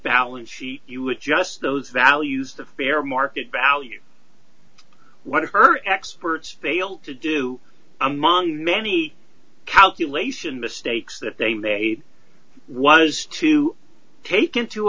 balance you would just those values the fair market value what her experts failed to do among the many calculation mistakes that they made was to take into